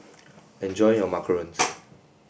enjoy your Macarons